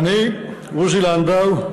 אני, עוזי לנדאו,